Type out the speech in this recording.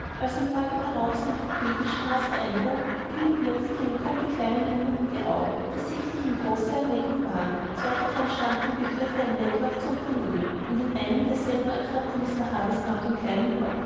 am tage darauf sein coup in die straße einbog fiel ihm plötzlich eine gruppe kleiner jungen in die augen die sichtlich in großer erregung waren zwei davon standen im begriff einen wettlauf zu unternehmen und in einem derselben erkannte mr havisham den jungen lord